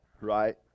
right